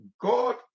God